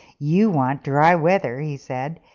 you want dry weather, he said,